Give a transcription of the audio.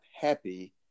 happy